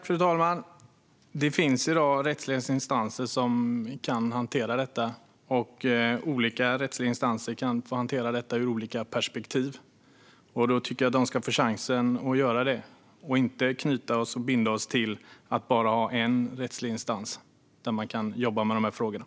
Fru talman! Det finns i dag rättsliga instanser som kan hantera detta, och olika rättsliga instanser kan hantera detta ur olika perspektiv. Då tycker jag att de ska få chansen att göra det och att vi inte ska binda oss till att bara ha en rättslig instans där man kan jobba med de här frågorna.